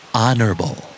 honorable